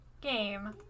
game